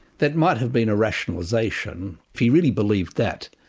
that might have been a rationalisation. if he really believed that,